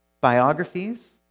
Biographies